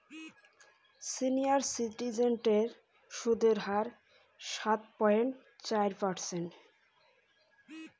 দয়া করে মোক সিনিয়র সিটিজেন সেভিংস স্কিমের সুদের হার কন